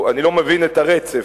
אני לא מבין את הרצף,